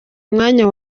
umwanya